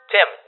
Tim